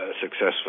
successfully